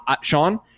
Sean